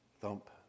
thump